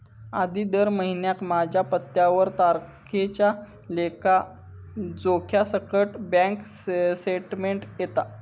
आधी दर महिन्याक माझ्या पत्त्यावर तारखेच्या लेखा जोख्यासकट बॅन्क स्टेटमेंट येता